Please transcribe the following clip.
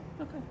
Okay